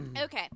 Okay